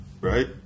Right